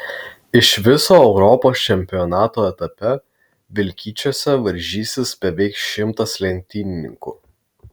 iš viso europos čempionato etape vilkyčiuose varžysis beveik šimtas lenktynininkų